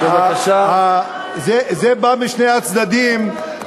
זה בא משני הצדדים,